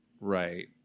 Right